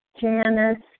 Janice